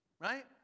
Right